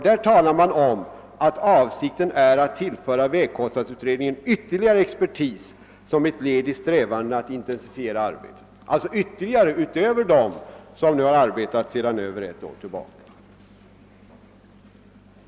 Där talar man om att avsikten är att tillföra vägkostnadsutredningen ytterligare expertis som ett led i strävandena att intensifiera arbetet — alltså experter utöver dem som har arbetat sedan över ett år tillbaka.